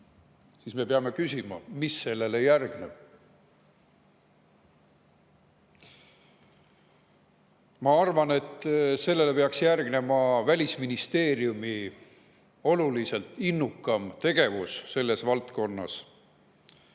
siis me peame küsima, mis sellele järgneb. Ma arvan, et sellele peaks järgnema Välisministeeriumi oluliselt innukam tegevus selles valdkonnas.